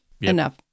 Enough